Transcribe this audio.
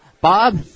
Bob